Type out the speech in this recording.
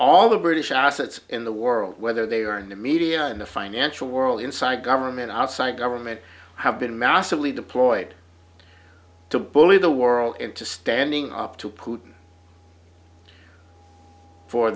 all the british assets in the world whether they are in the media and the financial world inside government outside government have been massively deployed to bully the world into standing up to